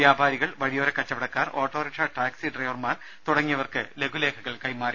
വ്യാപാരികൾ വഴിയോര കച്ചവട ക്കാർ ഓട്ടോറിക്ഷ ടാക്സി ഡ്രൈവർമാർ തുടങ്ങിയവർക്ക് ലഘുലേഖകൾ കൈമാറി